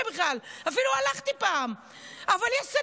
על משרד